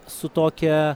su tokia